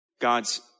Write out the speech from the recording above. God's